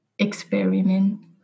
Experiment